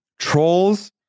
trolls